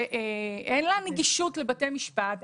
שאין לה נגישות לבתי משפט,